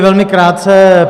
Velmi krátce.